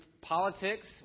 politics